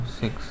six